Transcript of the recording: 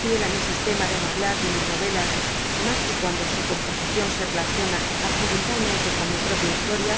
fiel á mi sistema de no hablar de mis novelas mas que cuando su composicion se relaciona accidentalmente con mi pt'opia historia